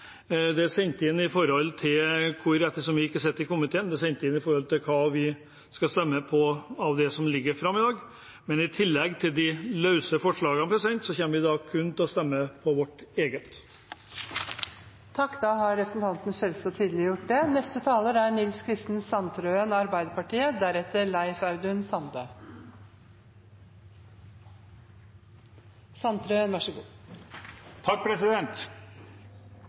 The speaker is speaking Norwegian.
komiteen, er det gitt beskjed om hva vi skal stemme på av det som foreligger av forslag og komitéinnstillinger i dag. Men i tillegg til de løse forslagene kommer vi til å stemme kun på vårt eget forslag. Da har representanten André N. Skjelstad tydeliggjort det. En tredjedel av befolkningen i Norge er